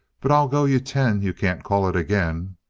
but i'll go you ten you can't call it again.